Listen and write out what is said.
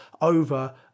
over